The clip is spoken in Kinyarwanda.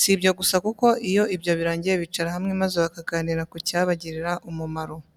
Si ibyo gusa kuko iyo ibyo birangiye bicara hamwe maze bakaganira ku cyabagirira umumaro.